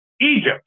Egypt